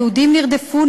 היהודים נרדפו,